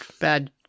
bad